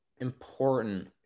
important